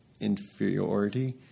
inferiority